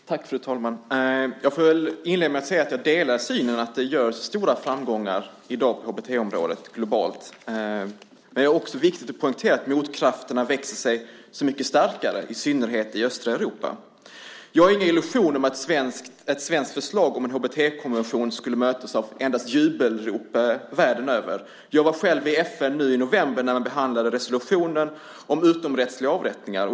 Fru talman! Jag får inledningsvis säga att jag delar synen att det görs stora framgångar i dag på HBT-området globalt. Men det är också viktigt att poängtera att motkrafterna växer sig så mycket starkare, i synnerhet i östra Europa. Jag har ingen illusion om att ett svenskt förslag om en HBT-konvention skulle mötas av endast jubelrop världen över. Jag var själv i FN i november när man behandlade resolutionen om utomrättsliga avrättningar.